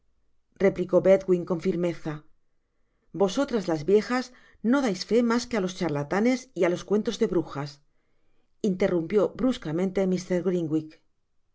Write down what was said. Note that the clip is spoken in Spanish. replicó bedwin con firmeza vosotras las viejas no dais fé mas que á los charlatanes y á los cuentos de brujas interrumpió bruscamente